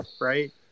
right